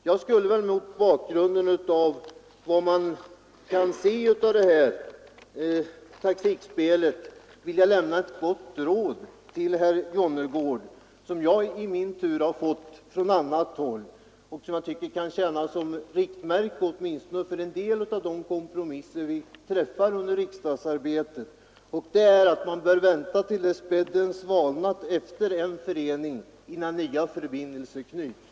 Jag skulle mot bakgrunden av vad man kan se av detta taktikspel vilja lämna ett gott råd till herr Jonnergård som jag i min tur har fått från annat håll och som jag tycker kan tjäna som riktmärke åtminstone för en del av de kompromisser som vi träffar under riksdagsarbetet: Man bör vänta till dess bädden svalnat efter en förening innan nya förbindelser knyts.